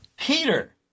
Peter